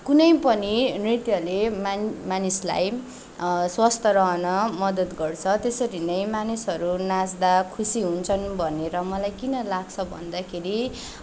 कुनै पनि नृत्यले मान् मानिसलाई स्वस्थ रहन मद्दत गर्छ त्यसरी नै मानिसहरू नाँच्दा खुसी हुन्छन् भनेर मलाई किन लाग्छ भन्दाखेरि